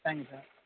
thank you sir